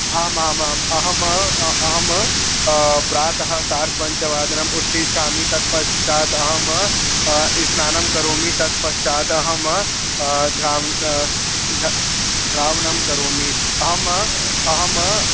आमामाम् अहम् अहं प्रातः सार्धपञ्चवादनम् उत्तिष्ठामि तत् पश्चात् अहम् स्नानं करोमि ततः पश्चात् अहं ध्रां ध धावनं करोमि अहम् अहं